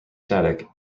static